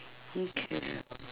okay